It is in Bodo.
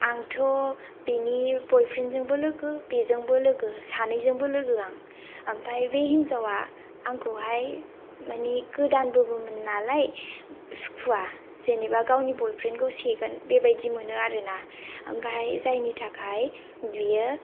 आंथ' बेनि बयफ्रेन्डजोंबो लोगो बेजोंबो लोगो सानैजोंबो लोगो आं ओमफाय बे हिन्जावा आंखौहाय मानि गोदानबोमोन नालाय सुखुवा जेनेबा गावनि बयफ्रेन्डखौ सेगोन बेबायदि मोनो आरो ना ओमफाय जायनि थाखाय बेयो